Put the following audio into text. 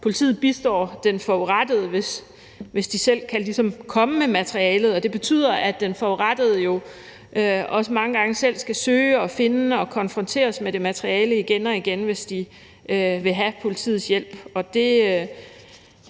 politiet bistår den forurettede, hvis den pågældende ligesom selv kan komme med materialet, og det betyder, at den forurettede jo også mange gange selv skal søge og finde og konfronteres med det materiale igen og igen, hvis man vil have politiets hjælp.